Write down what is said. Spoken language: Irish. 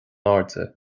airde